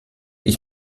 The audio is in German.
ich